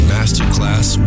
Masterclass